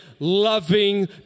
loving